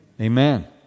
Amen